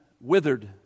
withered